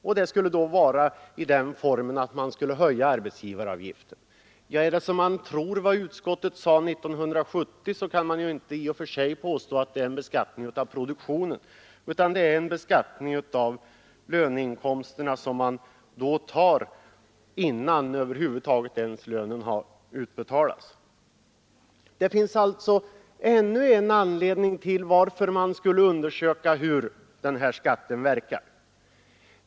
Detta skulle ske i form av en förhöjd arbetsgivaravgift. Om man tror vad utskottet sade 1970 kan man i och för sig inte påstå att det är en beskattning av produktionen utan en beskattning av löneinkomsterna, som tas ut innan lönen över huvud taget utbetalats. Det finns alltså ännu en anledning till att man undersöker hur denna skatt verkar.